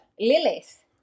Lilith